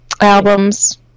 albums